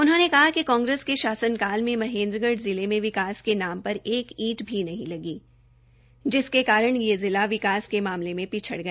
उन्होंने कहा कि कांग्रेस के शासन काल में महेन्द्रगढ़ जिले में विकास के नाम पर एक ईट भी नहीं लगी जिसके कारण यह जिला विकास के मामले में पिछड़ गया